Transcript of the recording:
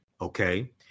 okay